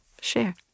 share